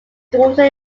daughter